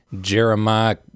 Jeremiah